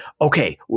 okay